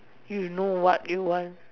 you know what you want